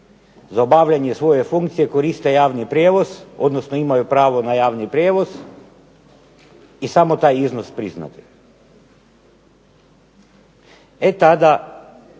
za obavljanje svoje funkcije koriste javni prijevoz, odnosno imaju pravo na javni prijevoz i samo taj iznos priznati. E tada